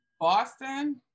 boston